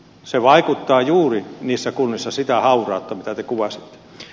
se aiheuttaa juuri niissä kunnissa sitä haurautta mitä te kuvasitte